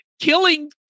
Killing